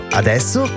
adesso